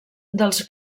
dels